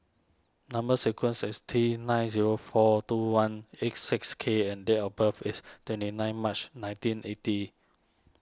Number Sequence is T nine zero four two one eight six K and date of birth is twenty nine March nineteen eighty